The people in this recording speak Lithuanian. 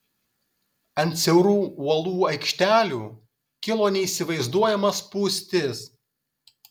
ant siaurų uolų aikštelių kilo neįsivaizduojama spūstis